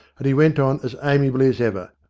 and he went on as amiably as ever.